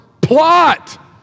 Plot